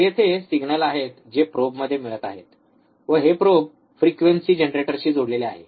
तर येथे सिग्नल आहेत जे प्रोबमध्ये मिळत आहेत व हे प्रोब फ्रिक्वेंसी जनरेटरशी जोडलेले आहे